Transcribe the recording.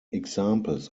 examples